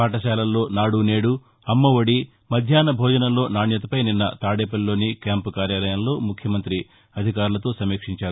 పాఠశాలల్లో నాదు నేదు అమ్మ ఒది మధ్యాహ్న భోజనంలో నాణ్యతపై నిన్న తాదేపల్లిలోని క్యాంపు కార్యాలయంలో ముఖ్యమంత్రి అధికారులతో సమీక్షించారు